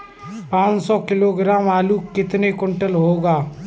पाँच सौ किलोग्राम आलू कितने क्विंटल होगा?